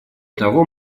того